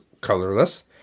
colorless